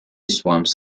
swamps